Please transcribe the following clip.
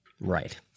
right